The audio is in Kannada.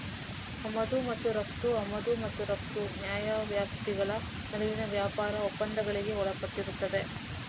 ಆಮದು ಮತ್ತು ರಫ್ತು ಆಮದು ಮತ್ತು ರಫ್ತು ನ್ಯಾಯವ್ಯಾಪ್ತಿಗಳ ನಡುವಿನ ವ್ಯಾಪಾರ ಒಪ್ಪಂದಗಳಿಗೆ ಒಳಪಟ್ಟಿರುತ್ತದೆ